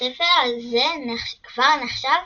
שבספר זה כבר נחשב